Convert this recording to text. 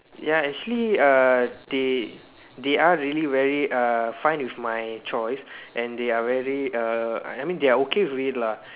ya actually uh they they are really very uh fine with my choice and they are really uh I mean they are okay with it lah